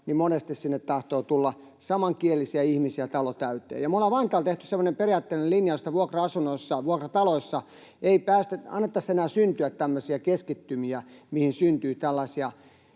ja monesti sinne tahtoo tulla samankielisiä ihmisiä talo täyteen. Me ollaan Vantaalla tehty semmoinen periaatteellinen linjaus, että vuokra-asunnoissa, vuokrataloissa ei annettaisi enää syntyä tämmöisiä keskittymiä, mihin syntyy tällaisia